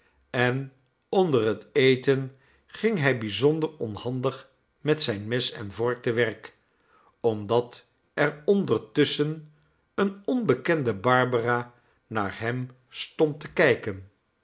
en onder het eten ging hij bijzonder onhandig met zijn mes en vork te werk omdat er ondertusschen eene onbekende barbara naar hem stond te kijken